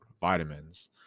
vitamins